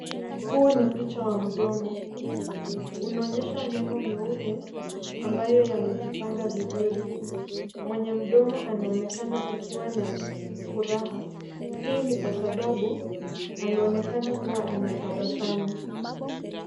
Huu ni picha wa mdomo. Unaonyesha meno miupe ambayo yamejipanga vizuri. Mwenye mdomo anaonekana akiwa na furaha. Hii ni kwa sababu anaonekana kuwa anatabasamu.